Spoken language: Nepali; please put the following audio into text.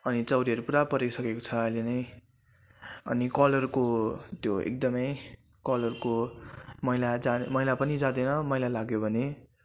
अनि चाउरीहरू पुरा परिसकेको छ अहिले नै अनि कलरको त्यो एकदमै कलरको मैला जा मैला पनि जाँदैन मैला लाग्यो भने